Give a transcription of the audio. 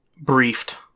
briefed